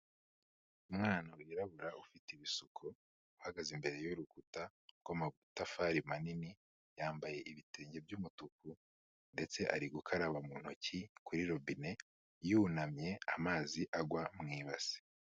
Umwana wirabura ufite ibisuko, uhagaze imbere y'urukuta rw'amatafari manini, yambaye ibitenge by'umutuku ndetse ari gukaraba mu ntoki kuri robine, yunamye amazi agwa mu ibasi.